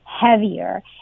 heavier